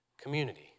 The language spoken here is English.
community